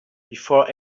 before